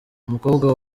umukobwa